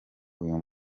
uyu